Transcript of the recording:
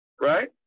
right